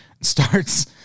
starts